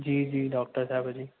जी जी डॉक्टर साहिबु जी